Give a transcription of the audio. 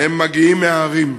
מגיעים מהערים.